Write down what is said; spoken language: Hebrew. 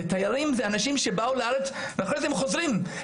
תיירים זה אנשים שבאו לארץ ואחרי זה הם חוזרים,